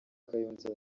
kayonza